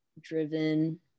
driven